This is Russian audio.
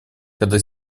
когда